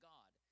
God